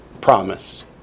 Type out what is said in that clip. promise